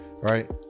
Right